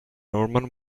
normal